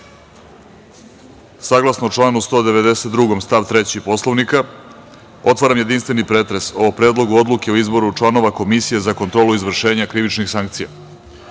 članu 192. stav 3. Poslovnika, otvaram jedinstveni pretres o Predlogu odluke o izboru članova Komisije za kontrolu izvršenja krivičnih sankcija. Pitam